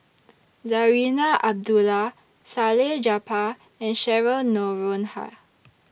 Zarinah Abdullah Salleh Japar and Cheryl Noronha